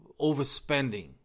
overspending